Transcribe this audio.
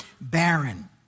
barren